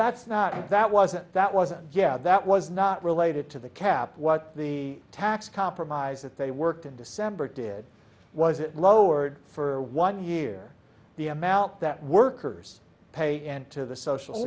that's not that wasn't that wasn't yeah that was not related to the cap what the tax compromise that they worked in december did was it lowered for one year the amount that workers pay and to the social